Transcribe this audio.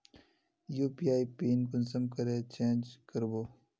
UPI pin कुंसम करे change करबो?